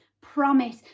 promise